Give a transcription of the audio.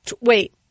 Wait